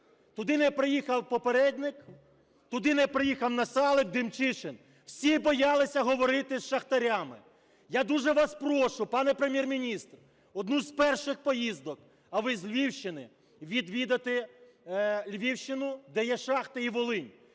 Туди не приїхав попередник, туди не приїхав Насалик, Демчишин. Всі боялися говорити із шахтарями. Я дуже вас прошу, пане Прем'єр-міністр, в одну з перших поїздок, а ви з Львівщини, відвідати Львівщину, де є шахти і Волині.